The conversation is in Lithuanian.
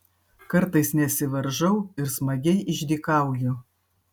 kartais nesivaržau ir smagiai išdykauju